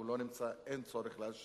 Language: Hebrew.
הוא לא נמצא ולכן אין צורך להשיב,